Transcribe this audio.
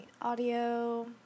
audio